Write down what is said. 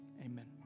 Amen